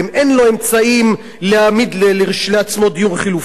אין לו אמצעים להעמיד לעצמו דיור חלופי.